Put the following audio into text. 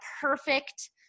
perfect